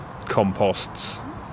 composts